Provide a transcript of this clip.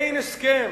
אין הסכם,